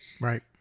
Right